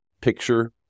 picture